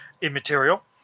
immaterial